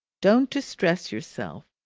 don't distress yourself!